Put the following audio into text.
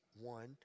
one